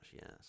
yes